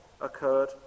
occurred